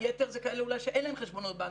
היתר זה כאלה אולי שאין להם חשבונות בנק,